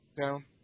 down